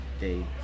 Day